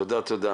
תודה.